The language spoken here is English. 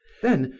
then,